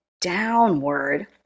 downward